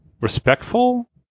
respectful